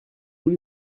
tous